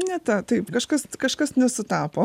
ne ta taip kažkas kažkas nesutapo